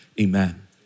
Amen